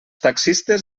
taxistes